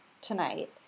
tonight